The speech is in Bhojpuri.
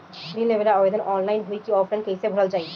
ऋण लेवेला आवेदन ऑनलाइन होई की ऑफलाइन कइसे भरल जाई?